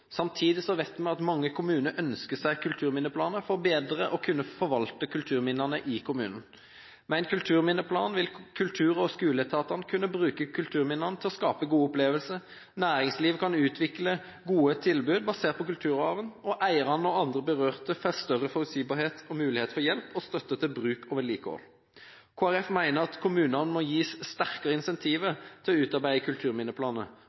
Samtidig vet vi at mange kommuner ønsker seg kulturminneplaner for bedre å kunne forvalte kulturminnene i kommunen. Med en kulturminneplan vil kultur- og skoleetatene kunne bruke kulturminnene til å skape gode opplevelser. Næringslivet kan utvikle gode tilbud basert på kulturarven, og eierne og andre berørte får større forutsigbarhet og mulighet for hjelp og støtte til bruk og vedlikehold. Kristelig Folkeparti mener at kommunene må gis sterkere insentiver til å utarbeide kulturminneplaner.